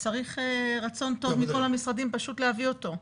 וצריך רצון טוב מכל המשרדים פשוט להביא אותו.